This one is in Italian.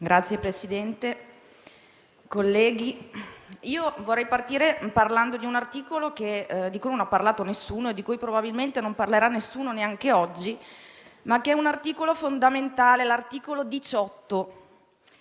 Signor Presidente, colleghi, vorrei partire trattando di un articolo di cui non ha parlato nessuno e di cui probabilmente non parlerà nessuno neanche oggi. È un articolo fondamentale, ossia il 18.